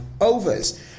overs